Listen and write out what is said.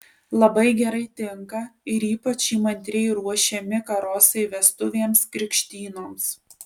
labai gerai tinka ir ypač įmantriai ruošiami karosai vestuvėms krikštynoms